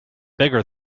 bigger